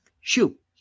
Shoot